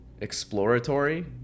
exploratory